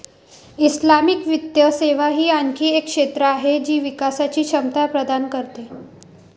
Islamic वित्तीय सेवा ही आणखी एक क्षेत्र आहे जी विकासची क्षमता प्रदान करते